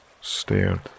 stared